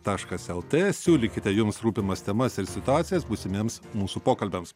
taškas lt siūlykite jums rūpimas temas ir situacijas būsimiems mūsų pokalbiams